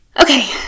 Okay